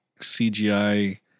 CGI